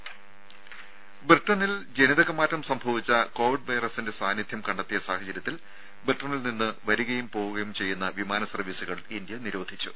രുര ബ്രിട്ടണിൽ ജനിതക മാറ്റം സംഭവിച്ച കോവിഡ് വൈറസിന്റെ സാന്നിധ്യം കണ്ടെത്തിയ സാഹചര്യത്തിൽ ബ്രിട്ടണിൽ നിന്ന് വരികയും പോവുകയും ചെയ്യുന്ന വിമാന സർവ്വീസുകൾ ഇന്ത്യ നിരോധിച്ചു